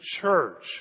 church